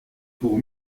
pour